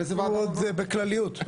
זה בכלליות.